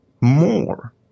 more